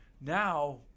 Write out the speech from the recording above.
Now